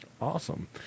Awesome